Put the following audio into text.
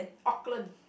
Auckland